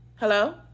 Hello